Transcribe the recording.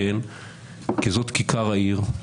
כי זאת כיכר העיר,